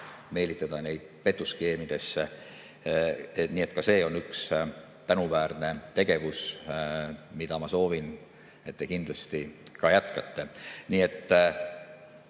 meelitada neid petuskeemidesse. Nii et ka see on üks tänuväärne tegevus, mida ma soovin, et te kindlasti jätkate. Soovin